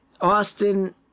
Austin